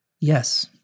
Yes